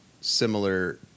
similar